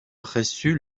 reçut